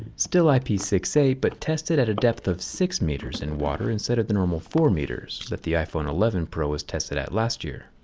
still i p six eight, but tested at a depth of six meters in water instead of the normal four meters, that the iphone eleven pro was tested at last year.